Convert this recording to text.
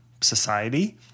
society